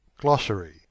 Glossary